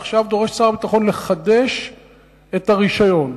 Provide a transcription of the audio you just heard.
עכשיו דורש שר הביטחון לחדש את הרשיון.